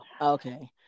Okay